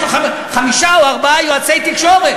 יש לו חמישה או ארבעה יועצי תקשורת.